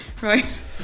Right